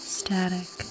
static